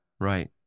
right